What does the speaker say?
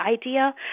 idea